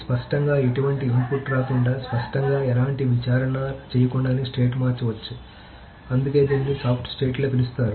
స్పష్టంగా ఎటువంటి ఇన్పుట్ రాకుండా స్పష్టంగా ఎలాంటి విచారణ చేయకుండానే స్టేట్ మారవచ్చు అందుకే దీనిని సాఫ్ట్ స్టేట్ లో పిలుస్తారు